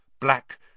Black